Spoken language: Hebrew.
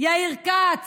יאיר כץ